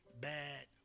bad